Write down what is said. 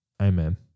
Amen